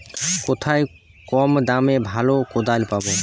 কোথায় কম দামে ভালো কোদাল পাব?